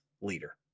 leader